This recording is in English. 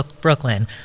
Brooklyn